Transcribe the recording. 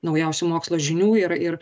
naujausių mokslo žinių ir ir